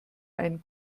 einen